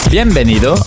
Bienvenido